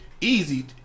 easy